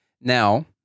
Now